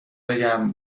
بگم